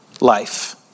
Life